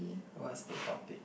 what's the topic